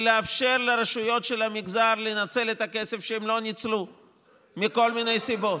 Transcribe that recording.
לאפשר לרשויות של המגזר לנצל את הכסף שהן לא ניצלו מכל מיני סיבות.